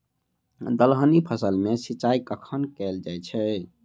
दलहनी फसल मे सिंचाई कखन कैल जाय छै?